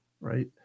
right